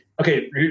Okay